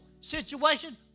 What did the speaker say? situation